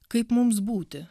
kaip mums būti